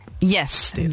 Yes